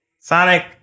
Sonic